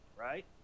right